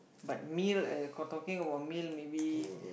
but meal uh cause talking about meal maybe